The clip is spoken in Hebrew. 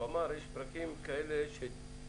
הוא אמר, יש פרקים כאלה שנדרשים.